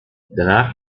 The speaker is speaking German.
danach